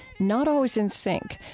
not always in synch,